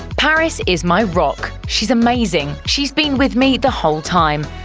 paris is my rock. she's amazing. she's been with me the whole time.